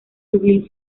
dublín